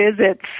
visits